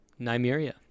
Nymeria